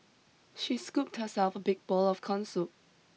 she scooped herself a big bowl of corn soup